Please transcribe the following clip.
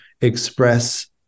express